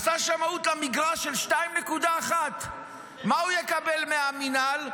עשה שמאות למגרש של 2.1. מה הוא יקבל מהמינהל?